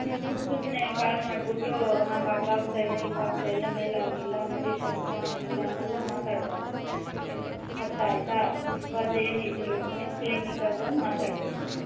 ನೀವು ಸುಮ್ಮ ಸುಮ್ಮನೆ ಕಾಲ್ ಮಾಡ್ಬಿಟ್ಟು ನಂಗೆ ಹಂಗಾಗ್ತಾಯಿದೆ ಹಿಂಗಾಗ್ತಾಯಿದೆ ಮೇಲಾಗಿಲ್ಲ ಮೆಡಿಸನ್ ಚೆನ್ನಾಗಿಲ್ಲ ಹಂಗಲ್ಲ ಮಾತಾಡಬಾರ್ದು ಅರ್ಥ ಆಯಿತಾ ಬಂದು ಏನಿದ್ರು ಕ್ಲಿನಿಕ್ಗೆ ಬಂದು ಮಾತಾಡಬೇಕು